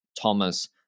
Thomas